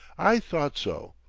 i thought so.